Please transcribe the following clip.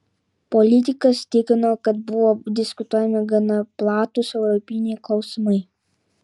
politikas tikino kad buvo diskutuojami gana platūs europiniai klausimai